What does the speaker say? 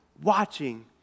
watching